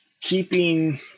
keeping